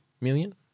Million